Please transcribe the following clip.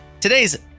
today's